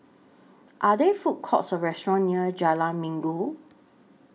Are There Food Courts Or restaurants near Jalan Minggu